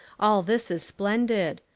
all this is splendid.